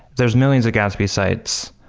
there're millions of gatsby sites.